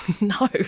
no